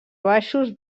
baixos